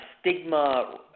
stigma